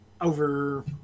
over